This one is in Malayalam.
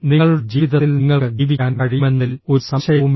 നിങ്ങളുടെ ജീവിതത്തിൽ നിങ്ങൾക്ക് ജീവിക്കാൻ കഴിയുമെന്നതിൽ ഒരു സംശയവുമില്ല